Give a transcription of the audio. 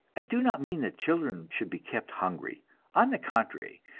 i do not mean that children should be kept hungry on the contrary,